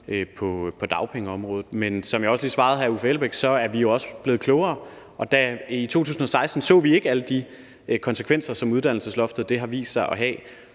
på dagpengeområdet. Men som jeg også lige svarede hr. Uffe Elbæk, er vi jo også blevet klogere, og i 2016 så vi ikke alle de konsekvenser, som uddannelsesloftet har vist sig at have